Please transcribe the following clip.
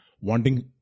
Wanting